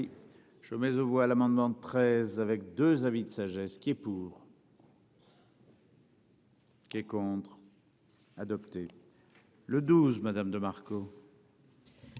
je mets aux voix l'amendement très avec 2 avis de sagesse qui est pour. Ce qui est contre. Adoptée. Le 12 Madame de Marco.